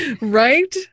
Right